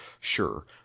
sure